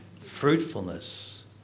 Fruitfulness